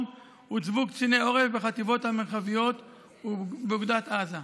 הוצבו קציני עורף בחטיבות המרחביות ובאוגדת עזה,